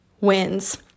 wins